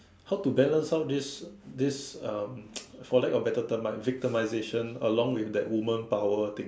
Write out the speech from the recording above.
how to balance out this this um for lack of better term right victimization along with that woman power thing